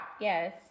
yes